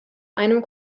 einem